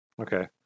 Okay